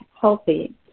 healthy